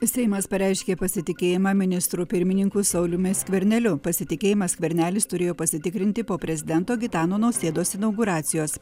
seimas pareiškė pasitikėjimą ministru pirmininku sauliumi skverneliu pasitikėjimą skvernelis turėjo pasitikrinti po prezidento gitano nausėdos inauguracijos